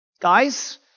Guys